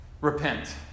Repent